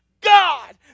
God